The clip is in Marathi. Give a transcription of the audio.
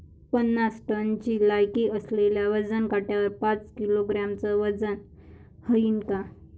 पन्नास टनची लायकी असलेल्या वजन काट्यावर पाच किलोग्रॅमचं वजन व्हईन का?